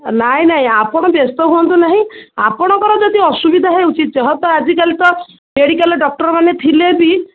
ନାଇଁ ନାଇଁ ଆପଣ ବ୍ୟସ୍ତ ହୁଅନ୍ତୁ ନାହିଁ ଆପଣଙ୍କର ଯଦି ଅସୁବିଧା ହେଉଛି ଯାହାତ ଆଜିକାଲି ତ ମେଡ଼ିକାଲ୍ ଡକ୍ଟରମାନେ ଥିଲେ ବି